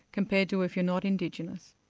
compared to if you're not indigenous.